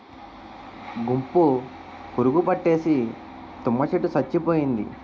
గుంపు పురుగు పట్టేసి తుమ్మ చెట్టు సచ్చిపోయింది